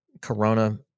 corona